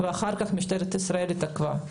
ואחר כך משטרת ישראל התעכבה.